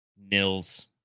Nils